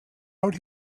out